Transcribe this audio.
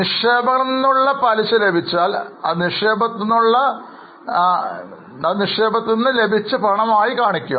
നിക്ഷേപങ്ങളിൽ നിന്നും പലിശ ലഭിച്ചാൽ അത് നിക്ഷേപത്തിൽ നിന്നു ലഭിച്ച പണം ആയി കാണിക്കുക